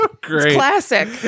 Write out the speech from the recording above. classic